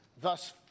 thus